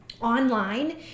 online